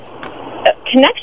connection